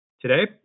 Today